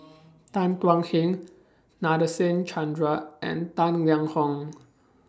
Tan Thuan Heng Nadasen Chandra and Tang Liang Hong